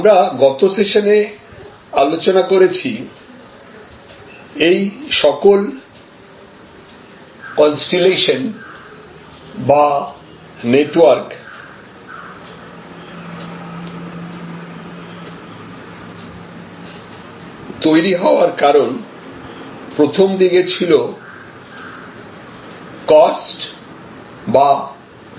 আমরা গত সেশনে আলোচনা করেছি এই সকল কনেস্টিলেশন বা নেটওয়ার্ক তৈরি হওয়ার কারণ প্রথম দিকে ছিল কস্ট বা লেবার আর্বিট্রেজ